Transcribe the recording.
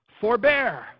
forbear